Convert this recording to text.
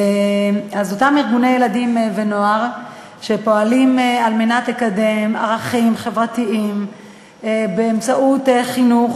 אותם ארגוני ילדים ונוער שפועלים לקדם ערכים חברתיים באמצעות חינוך,